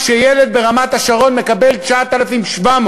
כשילד ברמת-השרון מקבל 9,700,